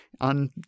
on